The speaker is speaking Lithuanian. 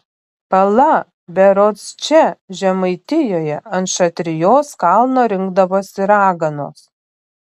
pala berods čia žemaitijoje ant šatrijos kalno rinkdavosi raganos